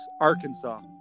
Arkansas